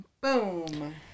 Boom